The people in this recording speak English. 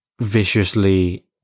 viciously